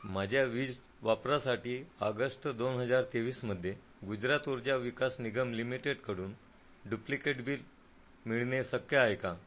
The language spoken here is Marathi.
माझ्या वीज वापरासाठी आगस्ट दोन हजार तेवीसमध्ये गुजरात ऊर्जा विकास निगम लिमिटेडकडून डुप्लिकेट बिल मिळणे शक्य आहे का